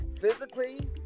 physically